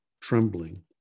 trembling